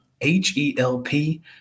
H-E-L-P